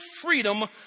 freedom